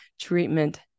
treatment